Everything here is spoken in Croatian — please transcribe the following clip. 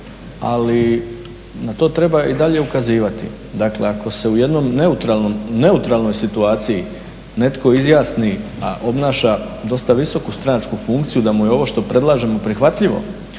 ali na to treba i dalje ukazivati. Dakle, ako se u jednoj neutralnoj situaciji netko izjasni a obnaša dosta visoku stranačku funkciju da mu je ovo što predlažemo prihvatljivo,